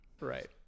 Right